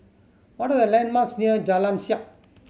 what are the landmarks near Jalan Siap